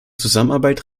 zusammenarbeit